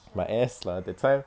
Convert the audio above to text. my ass lah that time